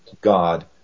God